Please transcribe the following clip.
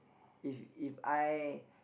if If I